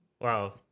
Wow